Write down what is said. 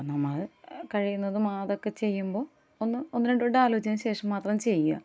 നമ്മൾ കഴിയുന്നതും അതൊക്കെ ചെയ്യുമ്പം ഒന്ന് ഒന്ന് രണ്ട് വട്ടം ആലോചിച്ചതിന് ശേഷം മാത്രം ചെയ്യുക